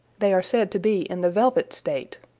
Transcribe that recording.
they are said to be in the velvet state.